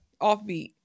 offbeat